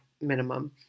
minimum